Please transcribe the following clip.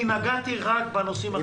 כי נגעתי רק בנושאים החברתיים.